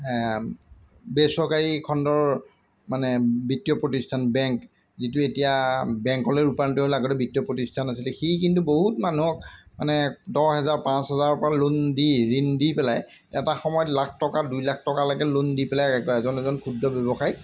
বেচৰকাৰী খণ্ডৰ মানে বৃত্তীয় প্ৰতিষ্ঠান বেংক যিটো এতিয়া বেংকলৈ ৰূপান্তৰ হ'ল আগতে বৃত্তীয় প্ৰতিষ্ঠান আছিলে সি কিন্তু বহুত মানুহক মানে দহ হেজাৰ পাঁচ হাজাৰৰপৰা লোন দি ঋণ দি পেলাই এটা সময়ত লাখ টকা দুই লাখ টকালৈকে লোন দি পেলাই একো এজন এজন ক্ষুদ্ৰ ব্যৱসায়ীক